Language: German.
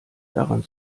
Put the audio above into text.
daran